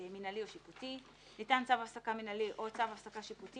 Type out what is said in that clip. מינהלי או שיפוטי 25ו. ניתן צו הפסקה מינהלי או צו הפסקה שיפוטי